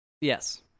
Yes